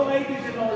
לא ראיתי את זה מעולם.